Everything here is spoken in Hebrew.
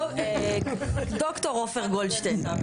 ד"ר עופר גולדשטיין,